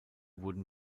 wurden